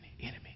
enemy